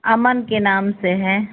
अमन के नाम से है